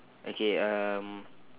okay um